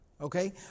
Okay